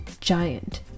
giant